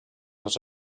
els